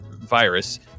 virus